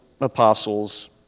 apostles